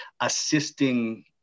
assisting